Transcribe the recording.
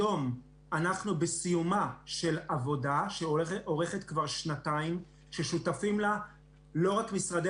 היום אנחנו בסיומה של עבודה שאורכת כבר שנתיים ושותפים לה לא רק משרדי